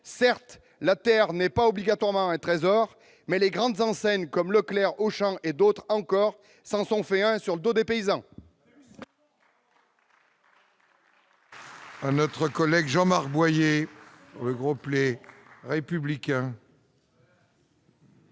Certes, la terre n'est pas obligatoirement un trésor. Mais les grandes enseignes, comme Leclerc, Auchan et d'autres encore, s'en sont fait un sur le dos des paysans